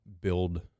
build